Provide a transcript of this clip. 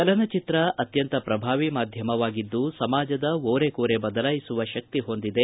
ಚಲನಚಿತ್ರ ಅತ್ಯಂತ ಪ್ರಭಾವಿ ಮಾಧ್ಯಮವಾಗಿದ್ದು ಸಮಾಜದ ಓರೆ ಕೊರೆ ಬದಲಾಯಿಸುವ ಶಕ್ತಿ ಹೊಂದಿದೆ